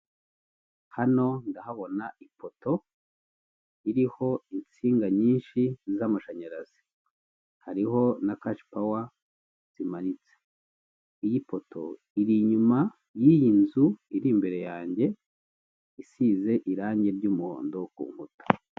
Hano ndahabona ipoto iriho insinga nyinshi z'amashanyarazi, hariho na kashipawa zimanitse, iyi poto iri inyuma y'iyi nzu iri imbere yanjye isize irangi ry'umuhondo ku nkuta.